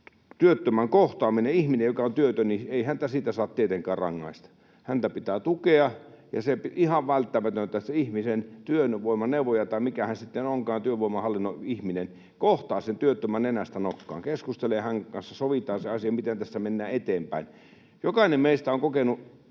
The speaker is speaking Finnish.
työttömän kohtaaminen. Ihmistä, joka on työtön, ei saa tietenkään rangaista. Häntä pitää tukea, ja se on ihan välttämätöntä, että se ihmisen työvoimaneuvoja — tai mikä hän sitten onkaan, työvoimahallinnon ihminen — kohtaa sen työttömän nenästä nokkaan, keskustelee hänen kanssaan, sovitaan se asia, miten tässä mennään eteenpäin. Jokainen meistä on kokenut